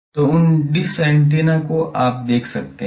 तो उन dish antenna को आप देख सकते हैं